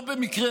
לא במקרה,